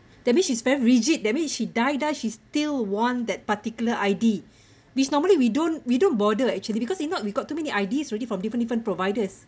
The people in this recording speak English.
that means she's very rigid that mean she die die she still want that particular I_D this normally we don't we don't bother actually because if not we've got too many I_D already from different different providers